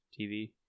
TV